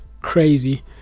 crazy